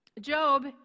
Job